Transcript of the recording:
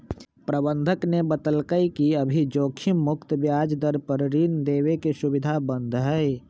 प्रबंधक ने बतल कई कि अभी जोखिम मुक्त ब्याज दर पर ऋण देवे के सुविधा बंद हई